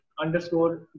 underscore